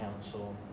Council